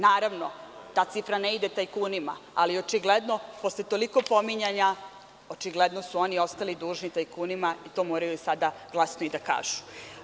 Naravno, ta cifra ne ide tajkunima, ali očigledno su, posle toliko pominjanja, oni ostali dužni tajkunima i to moraju sada glasno i da kažu.